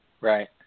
right